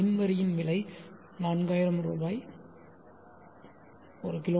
மின் வரியின் விலை 4000 ரூபாய் கி